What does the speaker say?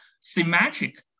symmetric